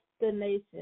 destination